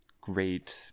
great